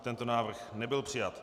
Tento návrh nebyl přijat.